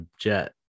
jet